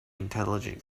intelligent